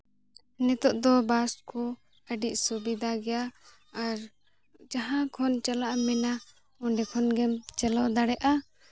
ᱱᱤᱛᱚᱜ ᱫᱚ ᱵᱟᱥ ᱠᱚ ᱟᱹᱰᱤ ᱥᱩᱵᱤᱫᱷᱟ ᱜᱮᱭᱟ ᱟᱨ ᱡᱟᱦᱟᱸ ᱠᱷᱚᱱ ᱪᱟᱞᱟᱜ ᱮᱢ ᱢᱮᱱᱟ ᱚᱸᱰᱮ ᱠᱷᱚᱱ ᱜᱮᱢ ᱪᱟᱞᱟᱣ ᱫᱟᱲᱮᱭᱟᱜᱼᱟ